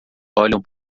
olham